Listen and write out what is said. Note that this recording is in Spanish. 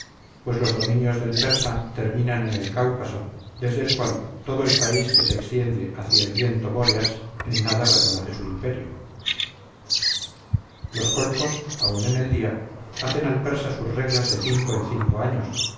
pues los dominios del persa terminan en el cáucaso desde el cual todo el país que se extiende hacia el viento bóreas en nada reconoce su imperio los colcos aun en el día hacen al persa sus regalos de cinco en cinco años